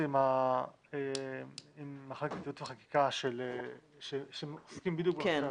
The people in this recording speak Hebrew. עם מחלקת ייעוץ וחקיקה שעוסקים בדיוק בנושא הזה.